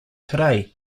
today